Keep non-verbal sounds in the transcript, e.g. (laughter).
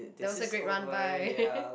that was a great run by (laughs)